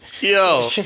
Yo